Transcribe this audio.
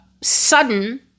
sudden